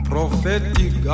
Prophetic